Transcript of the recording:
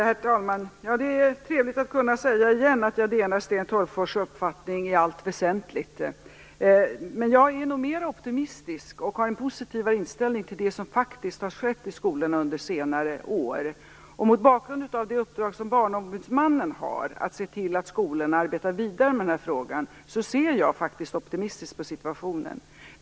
Herr talman! Det är trevligt att kunna säga igen att jag delar Sten Tolgfors uppfattning i allt väsentligt. Men jag är nog mer optimistisk och har en positivare inställning till det som faktiskt har skett i skolorna under senare år. Mot bakgrund av det uppdrag som Barnombudsmannen har, att se till att skolorna arbetar vidare med den är frågan, ser jag faktiskt optimistiskt på situationen.